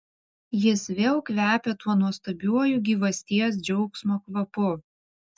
jis vėl kvepia tuo nuostabiuoju gyvasties džiaugsmo kvapu